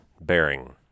bearing